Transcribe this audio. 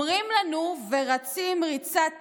אומרים לנו, ורצים ריצת